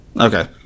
Okay